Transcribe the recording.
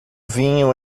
vinho